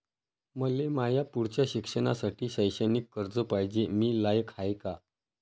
मले माया पुढच्या शिक्षणासाठी शैक्षणिक कर्ज पायजे, मी लायक हाय का?